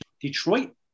Detroit